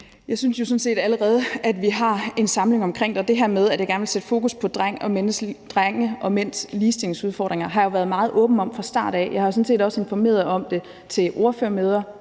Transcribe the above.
set allerede, at vi har en samling omkring det. Og det her med, at jeg gerne vil sætte fokus på drenge og mænds ligestillingsudfordringer, har jeg været meget åben om fra starten af. Jeg har sådan set også informeret om det til ordførermøder,